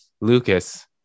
lucas